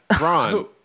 Ron